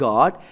God